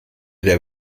der